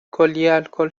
الکل